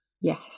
Yes